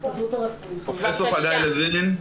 אני פרופ' חגי לוין,